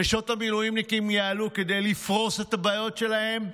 נשות המילואימניקים יעלו כדי לפרוס את הבעיות שלהן,